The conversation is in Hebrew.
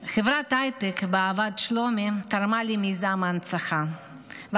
חברת ההייטק שבה עבד שלומי תרמה למיזם ההנצחה ואף